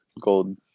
gold